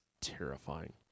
terrifying